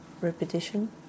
repetition